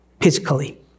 physically